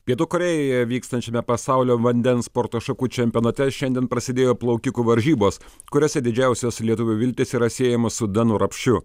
pietų korėjoje vykstančiame pasaulio vandens sporto šakų čempionate šiandien prasidėjo plaukikų varžybos kuriose didžiausios lietuvių viltys yra siejamos su danu rapšiu